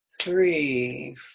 three